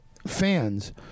Fans